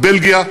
בלגיה,